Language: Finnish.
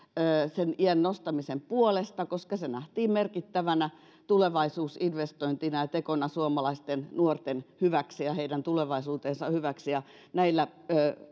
sen iän nostamisen puolesta koska se nähtiin merkittävänä tulevaisuusinvestointina ja tekona suomalaisten nuorten hyväksi ja heidän tulevaisuutensa hyväksi mennään